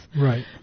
Right